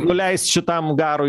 nuleis šitam garui